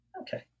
Okay